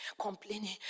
complaining